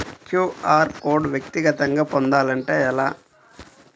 QR code వ్యక్తిగతంగా పొందాలంటే ఎలా?